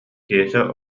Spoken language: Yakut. киэсэ